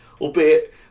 Albeit